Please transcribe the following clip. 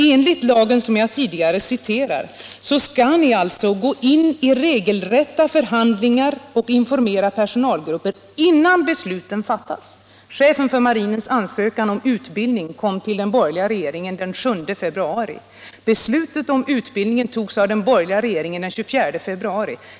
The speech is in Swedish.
Enligt lagen, som jag tidigare citerat, skall ni gå in i regelrätta förhandlingar och informera personalgrupper innan besluten fattas. Chefens för marinen ansökan om utbildning kom till den borgerliga regeringen den 7 februari. Beslutet om utbildningen togs av den borgerliga regeringen den 24 februari.